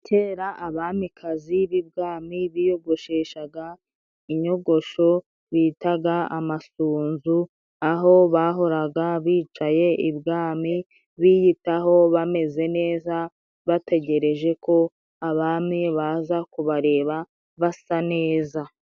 Kera Abamikazi b'ibwami biyogosheshaga inyogosho bitaga amasunzu aho bahoraga bicaye ibwami biyitaho bameze neza bategereje ko Abami baza kubareba basa neza.